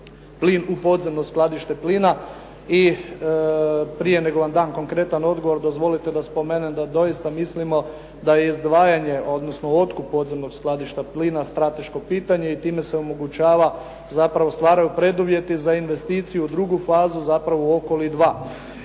u podzemno skladište plina. I prije nego vam dam konkretan odgovor dozvolite da spomenem da doista mislimo da je izdvajanje odnosno otkup podzemnog skladišta plina strateško pitanje i time se omogućava i zapravo stvaraju preduvjeti za investiciju u drugu fazu zapravo u Okoli 2.